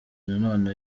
nanone